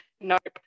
Nope